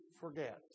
forget